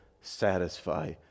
satisfy